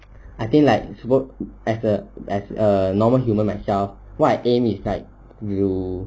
I think like both as a as a normal human myself what I aim is like you